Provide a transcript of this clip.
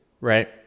right